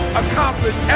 accomplish